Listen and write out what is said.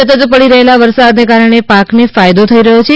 સતત પડી રહેલા વરસાદના કારણે પાકને ફાયદો થઇ રહ્યો છે